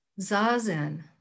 Zazen